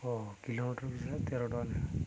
ଓହୋ କିଲୋମିଟର ତେର ଟଙ୍କା ଲେଖାଁ